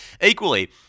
equally